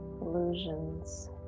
illusions